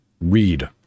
Read